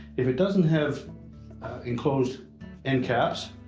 if it doesn't have enclosed endcaps,